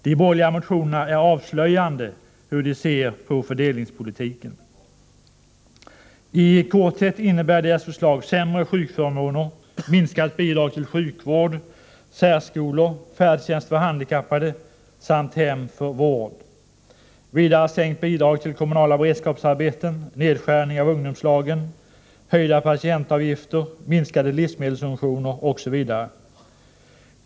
De borgerliga motionerna är avslöjande för hur de ser på fördelningspolitiken. I korthet innebär deras förslag sämre sjukförmåner, minskat bidrag till sjukvård, särskolor, färdtjänst för handikappade samt hem för vård, sänkt bidrag till kommunala beredskapsarbeten, nedskärning av ungdomslagen, höjda patientavgifter, minskade livsmedelssubventioner osv.